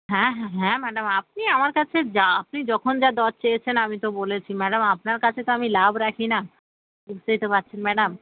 হ্যাঁ হ্যাঁ হ্যাঁ ম্যাডাম আপনি আমার কাছে যা আপনি যখন যা দর চেয়েছেন আমি তো বলেছি ম্যাডাম আপনার কাছে তো আমি লাভ রাখি না বুঝতেই তো পারছেন ম্যাডাম